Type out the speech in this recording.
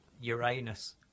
Uranus